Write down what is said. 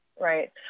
right